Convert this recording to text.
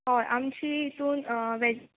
हय आमची हितून वॅज